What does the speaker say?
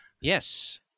Yes